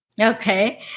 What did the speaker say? Okay